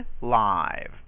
live